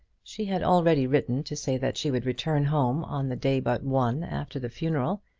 she had already written to say that she would return home on the day but one after the funeral,